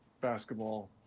Basketball